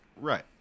Right